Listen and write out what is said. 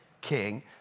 king